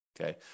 okay